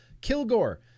Kilgore